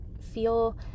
feel